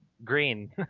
green